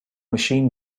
machine